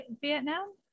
Vietnam